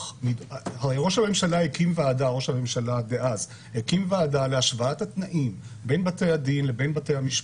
ראש הממשלה דאז הקים ועדה להשוואת התנאים בין בתי הדין לבין בתי המשפט.